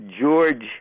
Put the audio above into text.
George